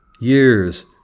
Years